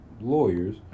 lawyers